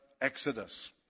exodus